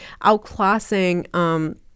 outclassing